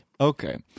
Okay